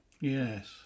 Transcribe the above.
Yes